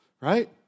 Right